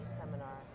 seminar